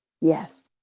Yes